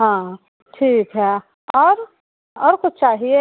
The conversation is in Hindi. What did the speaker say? हाँ ठीक है और और कुछ चाहिए